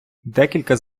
декілька